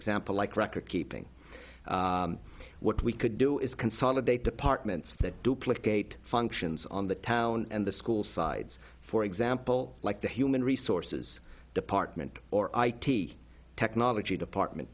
example like recordkeeping what we could do is consolidate departments that duplicate functions on the town and the school sides for example like the human resources department or id technology department